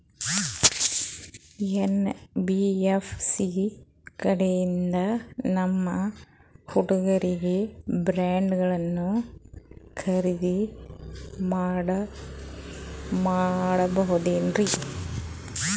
NBFC ಕಡೆಯಿಂದ ನಮ್ಮ ಹುಡುಗರಿಗೆ ಬಾಂಡ್ ಗಳನ್ನು ಖರೀದಿದ ಮಾಡಬಹುದೇನ್ರಿ?